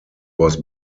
was